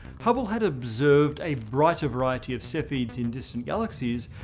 hubble had observed a brighter variety of cepheids in distant galaxies,